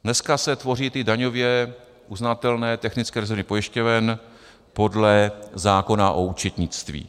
Dneska se tvoří daňově uznatelné technické rezervy pojišťoven podle zákona o účetnictví.